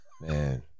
man